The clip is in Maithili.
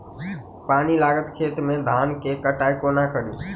पानि लागल खेत मे धान केँ कटाई कोना कड़ी?